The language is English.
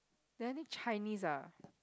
learning Chinese ah